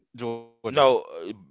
No